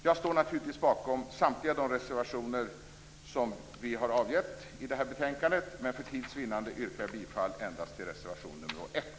Jag står naturligtvis bakom samtliga de reservationer som vi har avgett i det här betänkandet, men för tids vinnande yrkar jag bifall endast till reservation nr 1.